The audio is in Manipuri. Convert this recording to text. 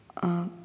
ꯑꯥ